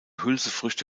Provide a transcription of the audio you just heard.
hülsenfrüchte